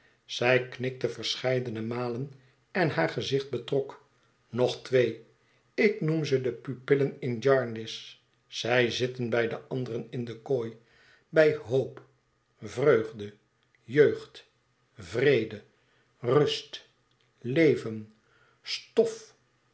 zij knikte verscheidene malen en haar gezicht betrok nog twee ik noem ze de pupillen in jarndycé zij zitten bij de anderen in de kooi bij hoop vreugde jeugd vrede rust leven stof